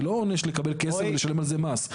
זה לא עונה לקבל כסף ולשלם על זה מס.